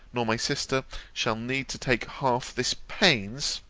nor my sister, shall need to take half this pains